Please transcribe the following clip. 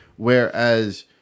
Whereas